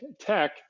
tech